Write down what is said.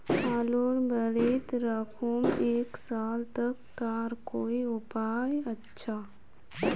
आलूर बारित राखुम एक साल तक तार कोई उपाय अच्छा?